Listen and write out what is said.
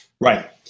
Right